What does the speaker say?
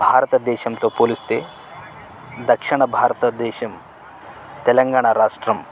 భారతదేశంతో పోలిస్తే దక్షిణ భారతదేశం తెలంగాణ రాష్ట్రం